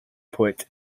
poet